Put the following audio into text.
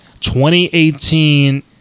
2018